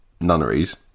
nunneries